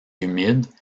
humides